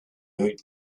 woot